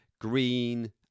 green